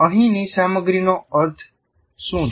અહીંની સામગ્રીનો અર્થ શું છે